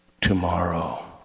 Tomorrow